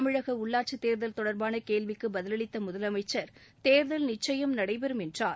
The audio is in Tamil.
தமிழக உள்ளாட்சி தேர்தல் தொடர்பான கேள்விக்கு பதிலளித்த முதலமைச்சர் தேர்தல் நிச்சயம் நடைபெறும் என்றார்